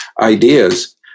ideas